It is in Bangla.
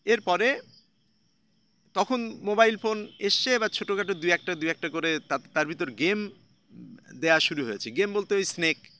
এরপরে তখন মোবাইল ফোন এসেছে বা ছোটো খাটো দু একটা দু একটা করে তা তার ভিতর গেম দেয়া শুরু হয়েছে গেম বলতে ওই স্নেক